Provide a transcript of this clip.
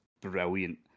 brilliant